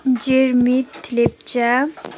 Jermit Lepcha